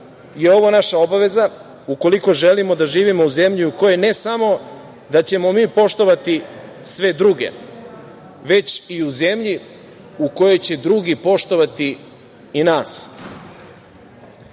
je ovo naša obaveza ukoliko želimo da živimo u zemlji u kojoj ne samo da ćemo mi poštovati sve druge, već i u zemlji u kojoj će drugi poštovati i nas. Pred